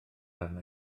arna